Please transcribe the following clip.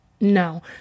No